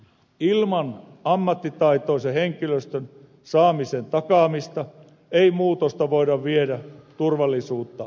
ilman ammattitaitoisen henkilöstön saamisen takaamista ei muutosta voida tehdä turvallisuutta vaarantamatta